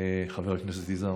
חבר הכנסת יזהר,